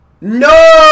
No